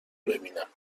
ببینم